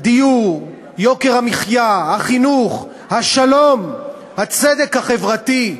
הדיור, יוקר המחיה, החינוך, השלום, הצדק החברתי.